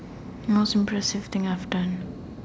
most impressive thing I've done